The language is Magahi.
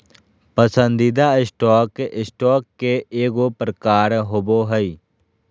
पसंदीदा स्टॉक, स्टॉक के एगो प्रकार होबो हइ